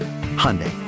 Hyundai